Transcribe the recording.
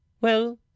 Well